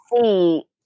see